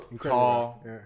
Tall